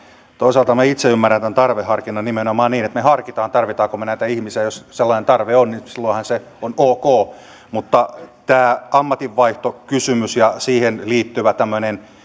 toisaalta minä itse ymmärrän tämän tarveharkinnan nimenomaan niin että me harkitsemme tarvitsemmeko me näitä ihmisiä ja jos sellainen tarve on niin silloinhan se on ok mutta tämä ammatinvaihtokysymys ja siihen liittyvä tämmöinen